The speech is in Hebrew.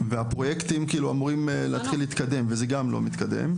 והפרויקטים כאילו אמורים להתחיל להתקדם וזה גם לא מתקדם,